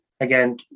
again